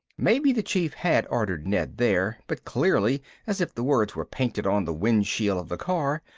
maybe the chief had ordered ned there, but clearly as if the words were painted on the windshield of the car,